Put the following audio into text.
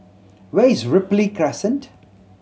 where is Ripley Crescent